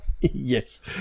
Yes